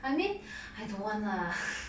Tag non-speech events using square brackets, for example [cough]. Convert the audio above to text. I mean I don't want lah [breath]